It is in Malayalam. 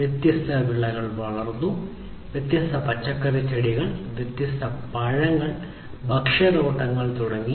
വ്യത്യസ്ത വിളകൾ വളർന്നു വ്യത്യസ്ത പച്ചക്കറി ചെടികൾ വ്യത്യസ്ത പഴങ്ങൾ ഭക്ഷ്യ തോട്ടങ്ങൾ തുടങ്ങി